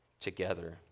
together